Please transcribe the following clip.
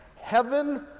heaven